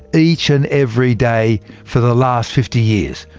each and every day for the last fifty years.